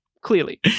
clearly